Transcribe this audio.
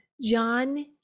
John